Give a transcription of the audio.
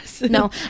no